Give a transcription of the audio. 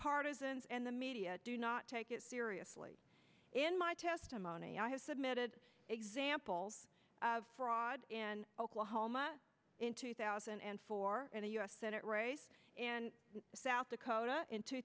partisans and the media do not take it seriously in my testimony i have submitted examples of fraud in oklahoma in two thousand and four and a us senate race in the south dakota in two